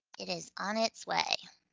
it is on its way.